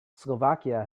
slovakia